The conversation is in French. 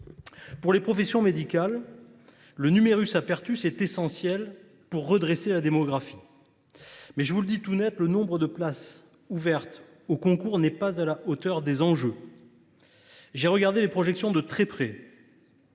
Pour les professions médicales, le est essentiel afin de redresser la démographie. Mais je vous le dis tout net : le nombre de places ouvertes au concours n’est pas à la hauteur des enjeux. J’ai examiné les projections de très près.